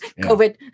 COVID